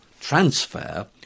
transfer